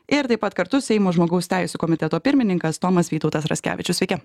ir taip pat kartu seimo žmogaus teisių komiteto pirmininkas tomas vytautas raskevičius sveiki